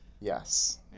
Yes